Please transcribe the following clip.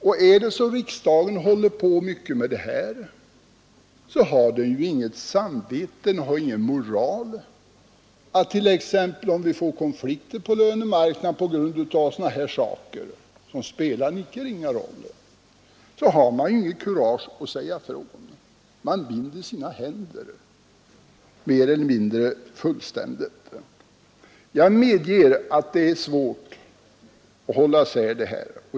Om riksdagen ägnar sig åt detta har man inget samvete och ingen moral att falla tillbaka på om vi får konflikter på lönemarknaden på grund av detta, som spelar en icke ringa roll. Då har man inget kurage att säga ifrån. Man binder sina händer mer eller mindre fullständigt vid passivitet, då det gäller arbetet med att nå sunda förhållanden. Jag medger att det är svårt att hålla isär detta.